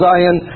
Zion